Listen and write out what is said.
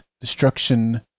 destruction